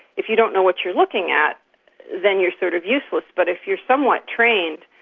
if you don't know what you're looking at then you're sort of useless. but if you're somewhat trained,